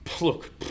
Look